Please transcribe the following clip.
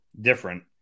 different